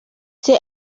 ese